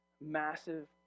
massive